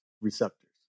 receptors